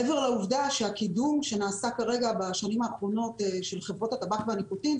מעבר לעובדה שהקידום שנעשה בשנים האחרונות של חברות הטבק והניקוטין,